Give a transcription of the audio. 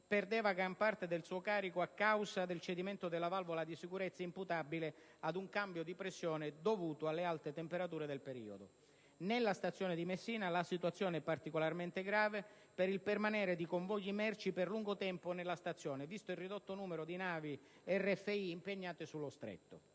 perdeva gran parte del suo carico a causa del cedimento della valvola di sicurezza imputabile ad un cambio di pressione dovuto alle alte temperature del periodo. Nella stazione di Messina la situazione è particolarmente grave per il permanere di convogli merci per lungo tempo nella stazione, visto il ridotto numero di navi RFI impegnate sullo Stretto.